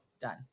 done